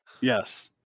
Yes